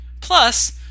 Plus